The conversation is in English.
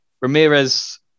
Ramirez